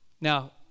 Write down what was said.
now